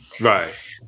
Right